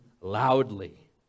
loudly